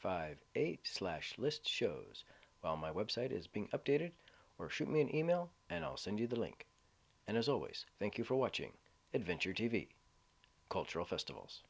five eight slash list shows well my website is being updated or shoot me an email and i'll send you the link and as always thank you for watching adventure t v cultural festivals